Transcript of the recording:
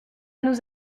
nous